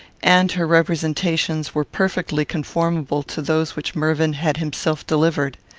and her representations were perfectly conformable to those which mervyn had himself delivered.